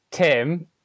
Tim